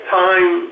time